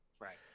Right